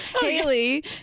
Haley